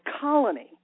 colony